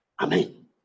Amen